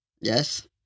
Yes